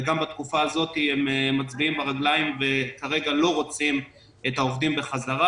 וגם בתקופה הזאת הם מצביעים ברגליים וכרגע לא רוצים את העובדים בחזרה,